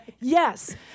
Yes